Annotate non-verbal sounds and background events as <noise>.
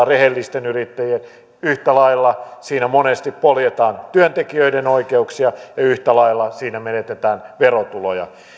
<unintelligible> rehellisten yrittäjien mahdollisuuksia yhtä lailla siinä monesti poljetaan työntekijöiden oikeuksia ja yhtä lailla siinä menetetään verotuloja